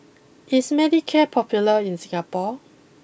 is Manicare popular in Singapore